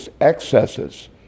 excesses